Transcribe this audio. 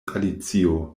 alicio